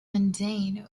mundane